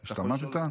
השתמטת?